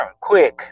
quick